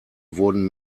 wurden